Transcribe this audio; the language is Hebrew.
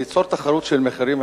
ליצור תחרות של מחירים,